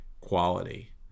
quality